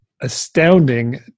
astounding